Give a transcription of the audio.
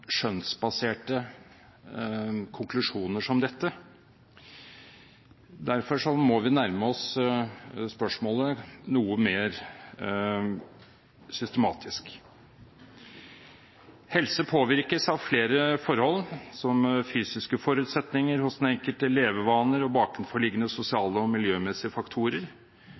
skjønnsbaserte konklusjoner som dette. Derfor må vi nærme oss spørsmålet noe mer systematisk. Helse påvirkes av flere forhold, som fysiske forutsetninger hos den enkelte, levevaner og bakenforliggende sosiale og miljømessige faktorer.